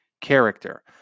character